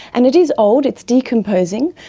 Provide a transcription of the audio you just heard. and it is old, it's decomposing,